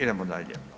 Idemo dalje.